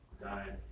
died